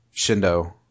Shindo